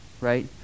right